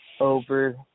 over